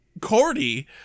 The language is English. Cordy